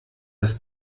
das